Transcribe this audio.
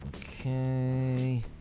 okay